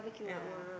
ya